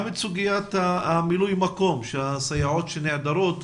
ישנה גם הסוגיה של מילוי מקום בשעה שהסייעות נעדרות.